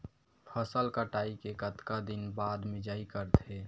फसल कटाई के कतका दिन बाद मिजाई करथे?